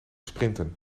sprinten